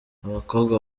abakobwa